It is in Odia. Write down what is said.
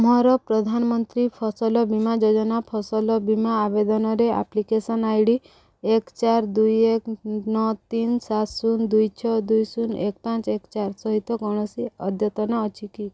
ମୋର ପ୍ରଧାନମନ୍ତ୍ରୀ ଫସଲ ବୀମା ଯୋଜନା ଫସଲ ବୀମା ଆବେଦନରେ ଆପ୍ଲିକେସନ୍ ଆଇ ଡ଼ି ଏକ ଚାରି ଦୁଇ ଏକ ନଅ ତିନ ସାତ ଶୂନ ଦୁଇ ଛଅ ଦୁଇ ଶୂନ ଏକ ପାଞ୍ଚ ଏକ ଚାରି ସହିତ କୌଣସି ଅଦ୍ୟତନ ଅଛି କି